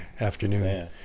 afternoon